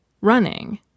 running